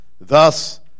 Thus